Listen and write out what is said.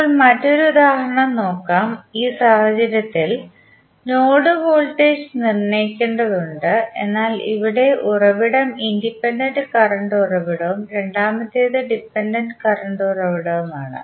ഇപ്പോൾ നമുക്ക് മറ്റൊരു ഉദാഹരണം നോക്കാം ഈ സാഹചര്യത്തിൽ നോഡ് വോൾട്ടേജ് നിർണ്ണയിക്കേണ്ടതുണ്ട് എന്നാൽ ഇവിടെ ഉറവിടം ഇൻഡിപെൻഡന്റ് കറണ്ട് ഉറവിടവും രണ്ടാമത്തേത് ഡിപെൻഡന്റ് കറണ്ട് ഉറവിടവുമാണ്